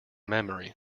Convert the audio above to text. memory